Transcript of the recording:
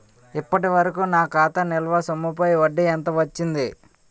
ఇప్పటి వరకూ నా ఖాతా నిల్వ సొమ్ముపై వడ్డీ ఎంత వచ్చింది?